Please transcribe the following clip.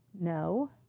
no